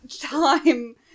time